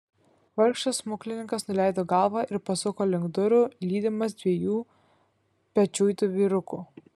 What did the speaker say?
vargšas smuklininkas nuleido galvą ir pasuko link durų lydimas dviejų pečiuitų vyrukų